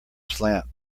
slant